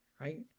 right